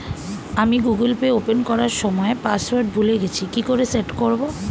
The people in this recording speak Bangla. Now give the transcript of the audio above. আমি গুগোল পে ওপেন করার সময় পাসওয়ার্ড ভুলে গেছি কি করে সেট করব?